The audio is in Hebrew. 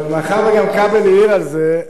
מאחר שגם כבל העיר על זה,